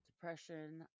depression